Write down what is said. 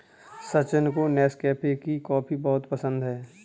सचिन को नेस्कैफे की कॉफी बहुत पसंद है